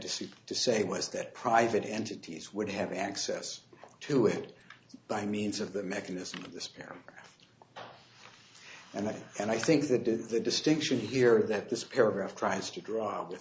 decision to say was that private entities would have access to it by means of that mechanism dispair and i and i think that is the distinction here that this paragraph tries to dr